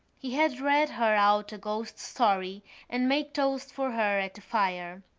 he had read her out a ghost story and made toast for her at the fire.